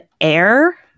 Air